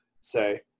say